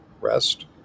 rest